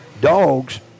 dogs